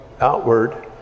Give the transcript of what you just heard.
outward